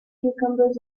cucumbers